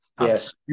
yes